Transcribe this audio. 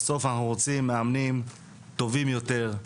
בסוף אנחנו רוצים מאמנים טובים יותר,